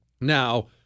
Now